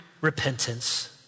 repentance